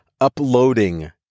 uploading